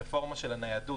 הרפורמה של הניידות,